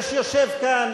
יושב כאן,